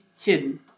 hidden